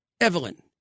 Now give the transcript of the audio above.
Evelyn